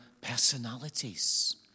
personalities